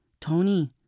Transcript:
Tony